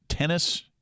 Tennis